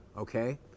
Okay